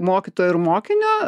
mokytojo ir mokinio